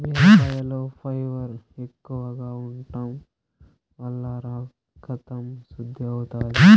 బీరకాయలో ఫైబర్ ఎక్కువగా ఉంటం వల్ల రకతం శుద్ది అవుతాది